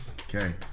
okay